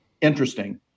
interesting